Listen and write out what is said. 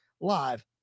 live